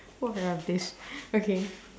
who heard of this okay